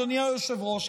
אדוני היושב-ראש,